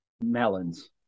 melons